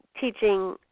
teaching